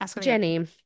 Jenny